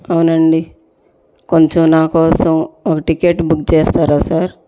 అవును అండి కొంచెం నా కోసం ఒక టికెట్ బుక్ చేస్తారా సార్